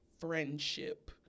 friendship